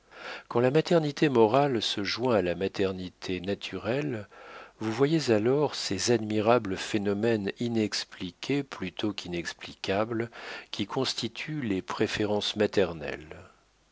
quand la maternité morale se joint à la maternité naturelle vous voyez alors ces admirables phénomènes inexpliqués plutôt qu'inexplicables qui constituent les préférences maternelles